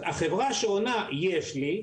החברה שעונה, "יש לי".